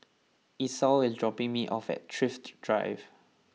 Esau is dropping me off at Thrift Drive